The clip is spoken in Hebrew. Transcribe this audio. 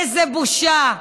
איזו בושה.